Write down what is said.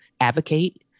advocate